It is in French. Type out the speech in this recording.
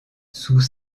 sous